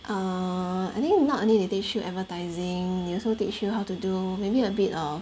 err I think not only they teach you advertising they also teach you how to do maybe a bit of